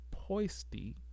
Poisty